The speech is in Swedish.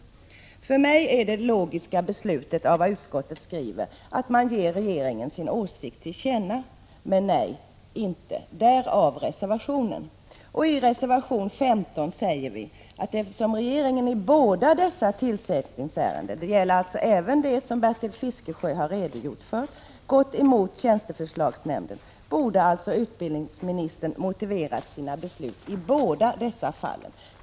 För mig är det logiskt efter vad utskottet skrivit att man ger regeringen sin åsikt till känna, men nej — därav reservationen. I reservation 14 säger vi att eftersom regeringen i båda dessa tillsättningsärenden — det gäller alltså även det som Bertil Fiskesjö redogjorde för — gått emot tjänsteförslagsnämnden, borde alltså utbildningsministern ha motiverat sitt beslut i båda dessa fall.